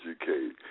educate